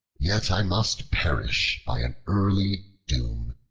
yet i must perish by an early doom.